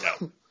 No